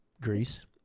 Greece